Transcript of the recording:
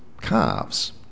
calves